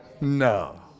No